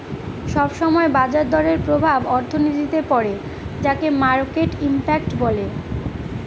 সব সময় বাজার দরের প্রভাব অর্থনীতিতে পড়ে যাকে মার্কেট ইমপ্যাক্ট বলে